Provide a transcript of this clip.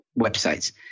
websites